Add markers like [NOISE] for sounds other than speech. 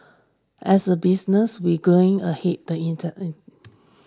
as a business we growing ahead the inter [HESITATION]